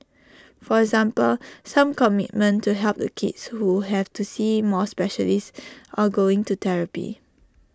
for example some commitment to help the kids who have to see more specialists or going to therapy